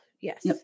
Yes